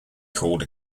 called